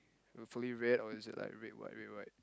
fully red or is it like red white red white